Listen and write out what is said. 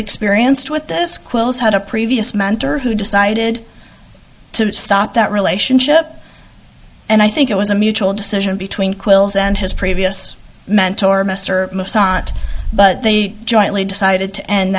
experienced with this quote had a previous mentor who decided to stop that relationship and i think it was a mutual decision between quill's and his previous mentor mr sonner but they jointly decided to end